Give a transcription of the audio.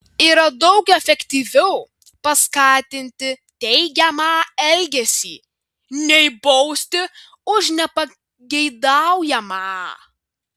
yra daug efektyviau paskatinti teigiamą elgesį nei bausti už nepageidaujamą